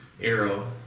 arrow